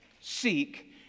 Seek